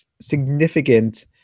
significant